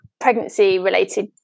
pregnancy-related